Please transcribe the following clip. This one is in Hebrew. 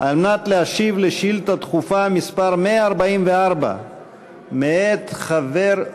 כדי להשיב על שאילתה דחופה מס' 144 מאת חבר,